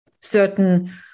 certain